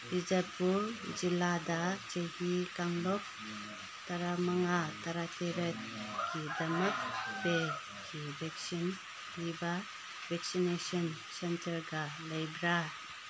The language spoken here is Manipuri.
ꯕꯤꯖꯥꯄꯨꯔ ꯖꯤꯜꯂꯥꯗ ꯆꯍꯤ ꯀꯥꯡꯂꯨꯞ ꯇꯔꯥꯃꯉꯥ ꯇꯔꯥꯇꯔꯦꯠꯀꯤꯗꯃꯛ ꯄꯦꯠꯀꯤ ꯚꯦꯛꯁꯤꯟ ꯄꯤꯕ ꯚꯦꯛꯁꯤꯅꯦꯁꯟ ꯁꯦꯟꯇ꯭ꯔꯒ ꯂꯩꯕ꯭ꯔꯥ